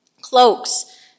cloaks